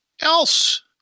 else